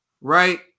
right